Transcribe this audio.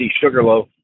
Sugarloaf